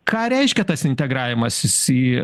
ką reiškia tas integravimasis į